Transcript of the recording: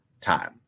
time